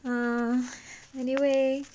uh anyway